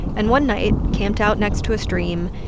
and one night, camped out next to a stream,